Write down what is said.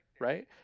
right